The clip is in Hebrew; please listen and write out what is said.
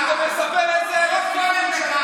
אני גם אספר איזה, תצביע ואל,